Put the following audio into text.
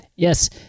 Yes